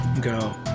go